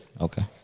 Okay